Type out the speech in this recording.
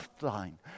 line